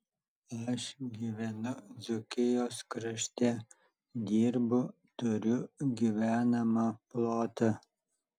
aš gyvenu dzūkijos krašte dirbu turiu gyvenamą plotą